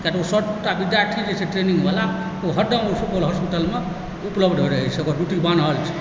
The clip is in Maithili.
कियाक तऽ ओ सबटा विद्यार्थी जे छै ट्रेनिङ्गवला ओ हरदम सुपौल हॉस्पिटलमे उपलब्ध रहैत छै ओकर ड्यूटी बान्हल छै